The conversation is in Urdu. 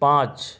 پانچ